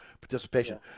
participation